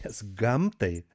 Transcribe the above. nes gamtai